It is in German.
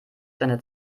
seine